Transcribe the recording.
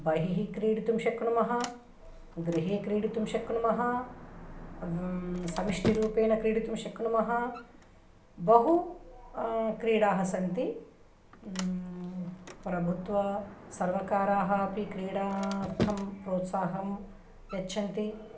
बहिः क्रीडितुं शक्नुमः गृहे क्रीडितुं शक्नुमः व्ं समष्टिरूपेण क्रीडितुं शक्नुमः बहु क्रीडाः सन्ति प्रभुत्वसर्वकाराः अपि क्रीडार्थं प्रोत्साहं यच्छन्ति